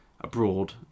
abroad